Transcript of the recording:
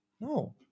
No